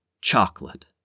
Chocolate